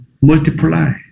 multiply